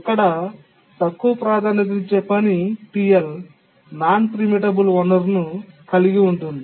ఇక్కడ తక్కువ ప్రాధాన్యతనిచ్చే పని నాన్ ప్రీమిటబుల్ వనరులను కలిగి ఉంది